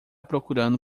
procurando